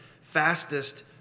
fastest